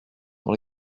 dans